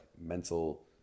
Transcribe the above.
mental